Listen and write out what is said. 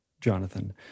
Jonathan